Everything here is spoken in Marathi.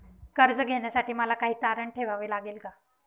कर्ज घेण्यासाठी मला काही तारण ठेवावे लागेल का?